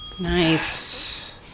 Nice